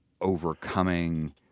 overcoming